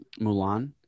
Mulan